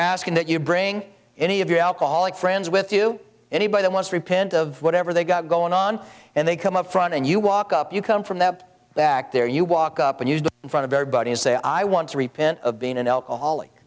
asking that you bring any of your alcoholic friends with you anybody that wants repent of whatever they got going on and they come up front and you walk up you come from that that there you walk up and used in front of everybody and say i want to repent of being an alcoholic